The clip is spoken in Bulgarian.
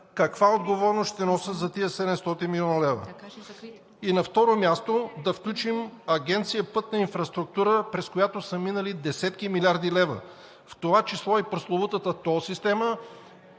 каква отговорност ще носят за тези 700 млн. лв. И на второ място, да включим Агенция „Пътна инфраструктура“, през която са минали десетки милиарди лева, в това число и прословутата тол система.